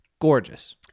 gorgeous